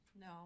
No